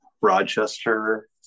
Rochester